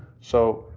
so,